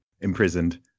imprisoned